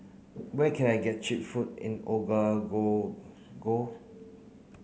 where can I get cheap food in Ouagadougou